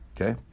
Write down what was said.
okay